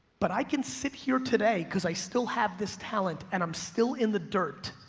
but i can sit here today cause i still have this talent and i'm still in the dirt.